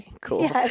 Cool